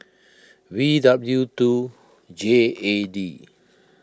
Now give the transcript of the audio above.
V W two J A D